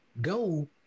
go